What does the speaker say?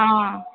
हॅं